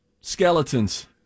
skeletons